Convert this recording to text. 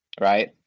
right